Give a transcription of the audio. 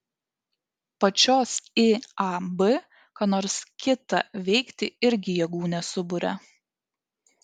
pačios iab ką nors kitą veikti irgi jėgų nesuburia